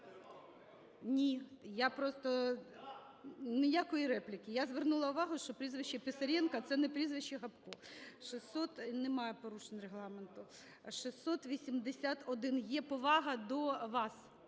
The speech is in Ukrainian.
Ні, я просто… ніякої репліки. Я звернула увагу, що прізвище Писаренко – це не прізвище Гопко. Немає порушень Регламенту. 681. Є повага до вас